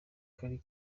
kari